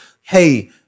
hey